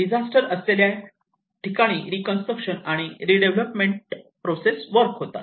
disaster असलेल्या ठिकाण reconstruction आणि डेव्हलपमेंट प्रोसेस वर्क होतात